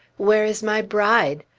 where is my bride?